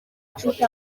inshuti